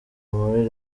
muri